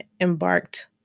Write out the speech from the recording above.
embarked